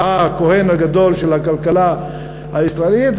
הכוהן הגדול של הכלכלה הישראלית,